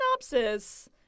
synopsis